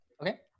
okay